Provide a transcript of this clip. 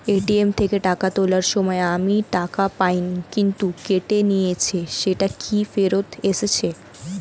ATM থেকে টাকা তোলার সময় আমি টাকা পাইনি কিন্তু কেটে নিয়েছে সেটা কি ফেরত এসেছে?